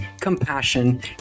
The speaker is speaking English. compassion